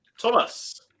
Thomas